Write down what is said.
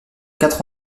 quatre